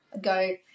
go